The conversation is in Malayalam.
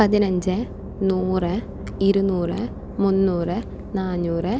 പതിനഞ്ച് നൂറ് ഇരുന്നൂറ് മുന്നൂറ് നാനൂറ്